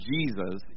Jesus